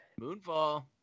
Moonfall